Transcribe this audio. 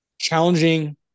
challenging